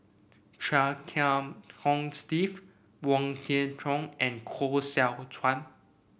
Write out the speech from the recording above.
Chia Kiah Hong Steve Wong Kwei Cheong and Koh Seow Chuan